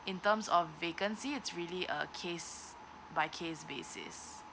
in terms of vacancy it's really a case by case basis